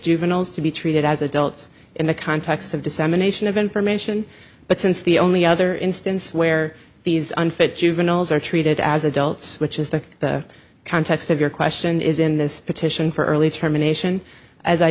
juveniles to be treated as adults in the context of dissemination of information but since the only other instance where these unfit juveniles are treated as adults which is that the context of your question is in this petition for early termination as i